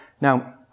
now